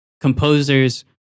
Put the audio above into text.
composers